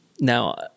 Now